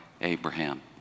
Abraham